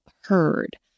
heard